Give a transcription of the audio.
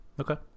okay